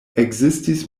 ekzistis